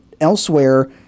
elsewhere